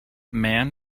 man